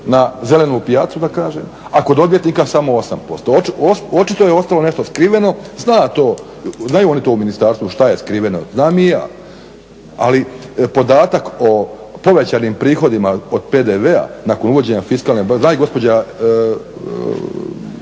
na zelenu pijacu da kažem, a kod odvjetnika samo osam posto, očito je ostalo nešto skriveno, znaju oni to u Ministarstvu šta je skriveno, znam i ja. Ali podatak o povećanim prihodima od PDV-a nakon uvođenja fiskalne, zna i gospođa